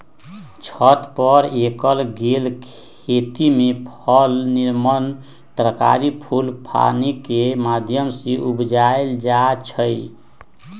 छत पर कएल गेल खेती में फल तिमण तरकारी फूल पानिकेँ माध्यम से उपजायल जाइ छइ